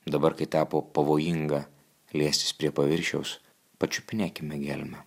dabar kai tapo pavojinga liestis prie paviršiaus pačiupinėkime gelmę